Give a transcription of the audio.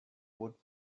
would